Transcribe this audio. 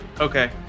Okay